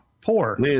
poor